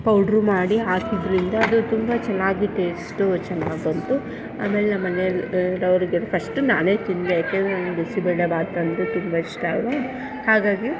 powder ಮಾಡಿ ಹಾಕಿದ್ದರಿಂದ ಅದು ತುಂಬ ಚೆನ್ನಾಗಿ ಟೇಸ್ಟು ಚೆನ್ನಾಗಿ ಬಂತು ಆಮೇಲೆ ನಮ್ಮನೆಯಲ್ಲಿ ಅವರಿಗಿಂತ ಫಸ್ಟು ನಾನೇ ತಿಂದೆ ಯಾಕೆಂದರೆ ನಂಗೆ ಬಿಸಿಬೇಳೆಬಾತ್ ಅಂದ್ರೆ ತುಂಬ ಇಷ್ಟ ಅಲ್ವ ಹಾಗಾಗಿ